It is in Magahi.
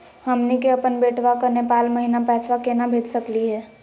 हमनी के अपन बेटवा क नेपाल महिना पैसवा केना भेज सकली हे?